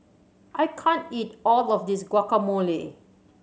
I can't eat all of this Guacamole